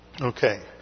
Okay